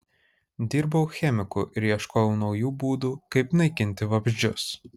dirbau chemiku ir ieškojau naujų būdų kaip naikinti vabzdžius